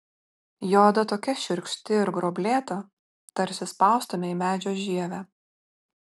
jo oda tokia šiurkšti ir gruoblėta tarsi spaustumei medžio žievę